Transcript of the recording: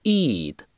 ,eat